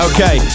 Okay